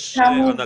יש הנהגה דתית.